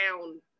down